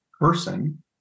person